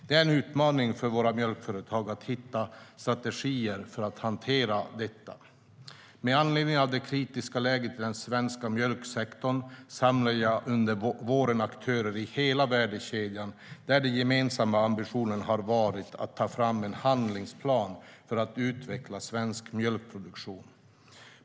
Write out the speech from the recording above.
Det är en utmaning för våra mjölkföretag att hitta strategier för att hantera detta. Med anledning av det kritiska läget i den svenska mjölksektorn samlade jag under våren aktörer i hela värdekedjan där den gemensamma ambitionen har varit att ta fram en handlingsplan för att utveckla svensk mjölkproduktion.